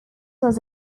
was